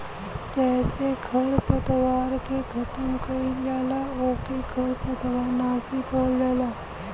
जेसे खरपतवार के खतम कइल जाला ओके खरपतवार नाशी कहल जाला